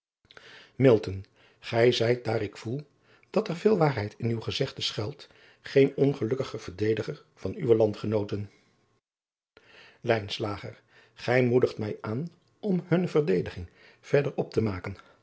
ij zijt daar ik voel dat er veel waarheid in uw gezegde schuilt geen ongelukkig verdediger van uwe landgenooten ij moedigt mij aan om hunne verdediging verder op te maken